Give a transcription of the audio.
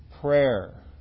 prayer